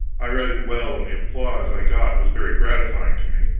i read it well, and the applause i got was very gratifying to me.